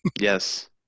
Yes